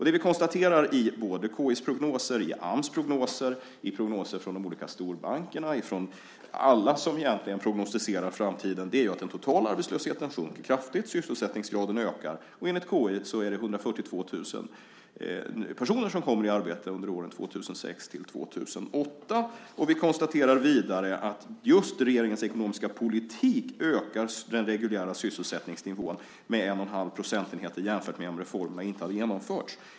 Det man konstaterar i KI:s och Ams prognoser, i prognoser från de olika storbankerna och egentligen från alla som prognostiserar framtiden är att den totala arbetslösheten sjunker kraftigt, att sysselsättningsgraden ökar. Enligt KI är det 142 000 personer som kommer i arbete under åren 2006 till 2008. Man konstaterar vidare att just regeringens politik ökar den reguljära sysselsättningsnivån med 1,5 procentenheter jämfört med om reformerna inte hade genomförts.